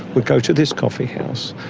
would go to this coffee house.